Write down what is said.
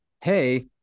hey